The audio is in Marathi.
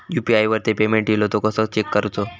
यू.पी.आय वरती पेमेंट इलो तो कसो चेक करुचो?